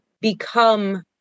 become